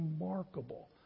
remarkable